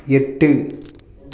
எட்டு